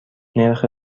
نرخ